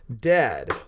Dead